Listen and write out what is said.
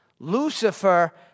Lucifer